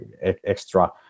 extra